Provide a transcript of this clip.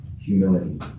humility